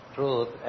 Truth